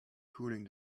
cooling